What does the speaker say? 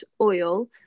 oil